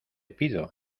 pido